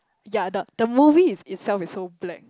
ya the the movie itself is so black